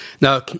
Now